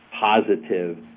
positive